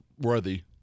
worthy